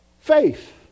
faith